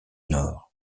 nord